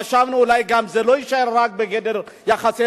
חשבנו אולי גם שזה לא יישאר בגדר יחסי